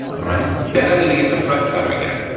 all right? then i'm gonna get the fret cutter again.